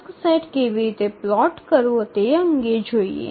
tasks set કેવી રીતે plot કરવો તે અંગે જોઈએ